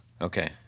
Okay